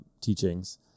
teachings